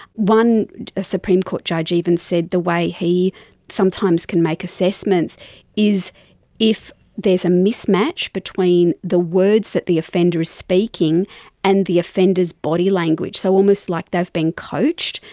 one supreme court judge even said the way he sometimes can make assessments is if there is a mismatch between the words that the offender is speaking and the offender's body language. so almost like they've been coached,